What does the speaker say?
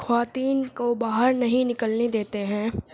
خواتین کو باہر نہیں نکلنے دیتے ہیں